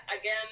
Again